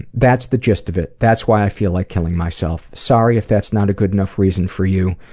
that's the gist of it, that's why i feel like killing myself. sorry if that's not a good enough reason for you,